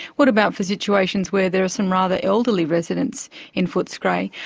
what about for situations where there are some rather elderly residents in footscray?